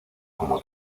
como